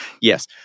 Yes